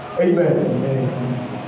Amen